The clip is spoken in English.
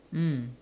mm